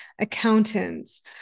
accountants